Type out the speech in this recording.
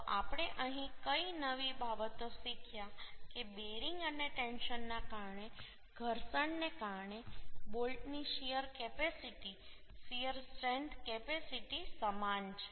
તો આપણે અહીં કઈ નવી બાબતો શીખ્યા કે બેરિંગ અને ટેન્શનના કારણે ઘર્ષણને કારણે બોલ્ટની shear capacity shear strength capacity સમાન છે